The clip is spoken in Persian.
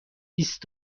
بیست